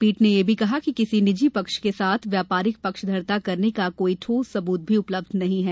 पीठ ने यह भी कहा कि किसी निजी पक्ष के साथ व्यापारिक पक्षधरता करने का कोई ठोस सबूत भी उपलब्ध नहीं है